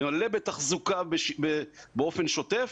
מלא בתחזוקה באופן שוטף,